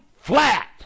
flat